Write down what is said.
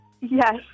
yes